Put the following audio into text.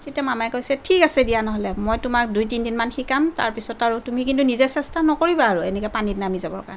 তেতিয়া মামাই কৈছে ঠিক আছে দিয়া নহ'লে মই তোমাক দুই তিনিদিনমান শিকাম তাৰপিছত আৰু তুমি কিন্তু নিজে চেষ্টা নকৰিবা আৰু এনেকে পানীত নামি যাবৰ কাৰণে